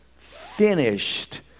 finished